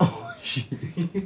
oh shit